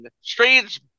Strange